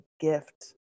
gift